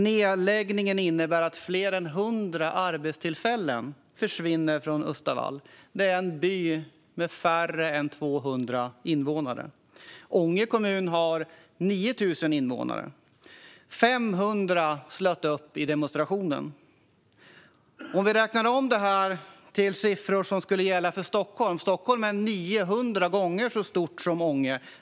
Nedläggningen innebär att fler än 100 arbetstillfällen försvinner från Östavall. Det är en by med färre än 200 invånare. Ånge kommun har 9 000 invånare; 500 slöt upp i demonstrationen. Vi kan räkna om detta till siffror som skulle gälla för Stockholm. Stockholm är 900 gånger så stort som Ånge.